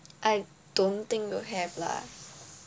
I don't think you'll have lah